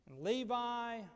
Levi